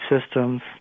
systems